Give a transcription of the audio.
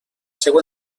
seu